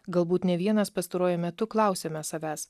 galbūt ne vienas pastaruoju metu klausiame savęs